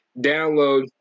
download